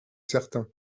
certain